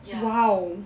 ya